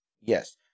Yes